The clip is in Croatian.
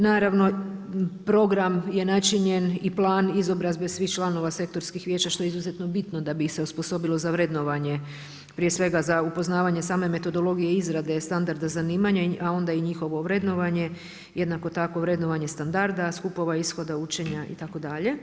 Naravno, program je načinjan i plan izobrazbe svih članova sektorskih vijeća što je izuzetno bitno, da bi ih se osposobilo za vrednovanje, prije svega, za upoznavanje same metodologije izrade standarda zanimanje, a onda i njihovo vrednovanje, jednako tako vrednovanje standarda, skupova, ishoda, učenja itd.